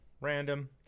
random